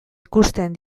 ikusten